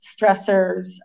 stressors